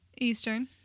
Eastern